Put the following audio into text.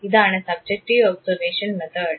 ഇതാണ് subjective observation method